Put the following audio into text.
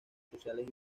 sociales